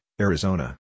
Arizona